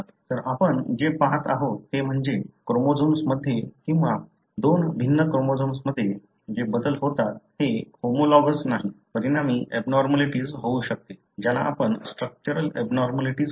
तर आपण जे पाहत आहोत ते म्हणजे क्रोमोझोम्स मध्ये किंवा दोन भिन्न क्रोमोझोम्स मध्ये जे बदल होतात जे होमोलॉगस नाही परिणामी एबनॉर्मलिटीज होऊ शकते ज्याला आपण स्ट्रक्चरल एबनॉर्मलिटीज म्हणतो